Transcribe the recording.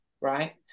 right